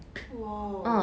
!wah!